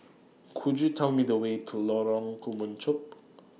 Could YOU Tell Me The Way to Lorong Kemunchup